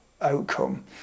outcome